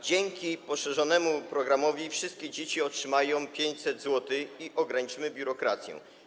Dzięki poszerzonemu programowi wszystkie dzieci otrzymają 500 zł i ograniczymy biurokrację.